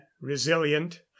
resilient